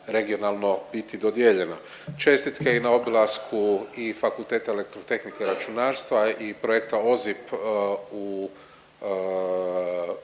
regionalno biti dodijeljena. Čestitke i na obilasku i Fakulteta elektrotehnike i računarstva i Projekta OZIP -